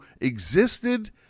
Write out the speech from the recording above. existed